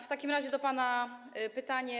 W takim razie do pana jest pytanie.